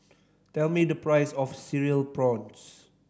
tell me the price of Cereal Prawns